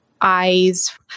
eyes